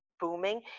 booming